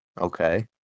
okay